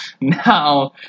Now